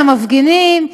למפגינים,